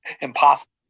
impossible